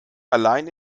allein